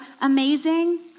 amazing